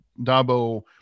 Dabo